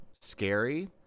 scary